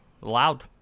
loud